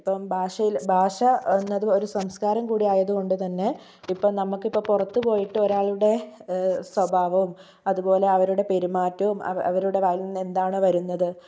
ഇപ്പോൾ ഭാഷയില് ഭാഷ എന്നത് ഒരു സംസ്കാരം കൂടിയായതുകൊണ്ട് തന്നെ ഇപ്പം നമുക്കിപ്പോൾ പുറത്തുപോയിട്ട് ഒരാളുടെ സ്വഭാവവും അതുപോലെ അവരുടെ പെരുമാറ്റവും അവരുടെ വായിൽ നിന്ന് എന്താണോ വരുന്നത്